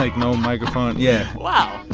like no microphone. yeah wow